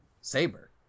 saber